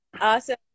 Awesome